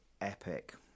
epic